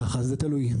ככה, זה תלוי.